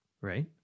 right